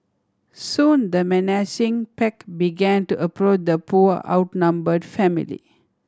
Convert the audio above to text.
soon the menacing pack began to approach the poor outnumber family